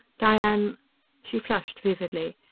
diane she flushed vividly.